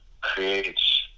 creates